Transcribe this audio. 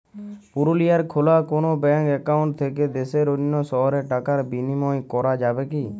পুরুলিয়ায় খোলা কোনো ব্যাঙ্ক অ্যাকাউন্ট থেকে দেশের অন্য শহরে টাকার বিনিময় করা যাবে কি?